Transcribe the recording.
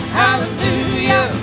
hallelujah